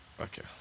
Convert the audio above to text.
Okay